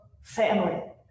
family